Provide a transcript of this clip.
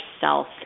self